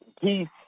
peace